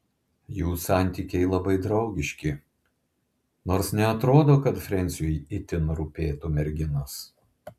jų santykiai labai draugiški nors neatrodo kad frensiui itin rūpėtų merginos